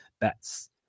Bets